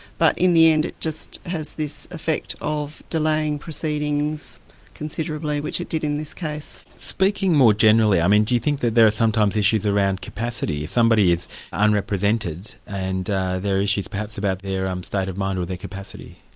but in the end it just has this effect of delaying proceedings considerably, which it did in this case. speaking more generally, um do you think that there are sometimes issues around capacity? somebody is unrepresented and there are issues perhaps about their um state of mind or their capacity?